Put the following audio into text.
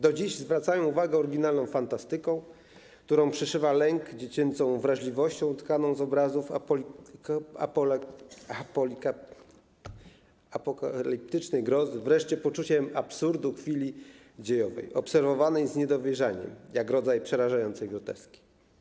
Do dziś zwracają uwagę oryginalną fantastyką, którą przeszywa lęk, dziecięcą wrażliwością utkaną z obrazów apokaliptycznej grozy, wreszcie poczuciem absurdu chwili dziejowej, obserwowanej z niedowierzaniem - jak rodzaj przerażającej groteski.